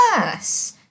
worse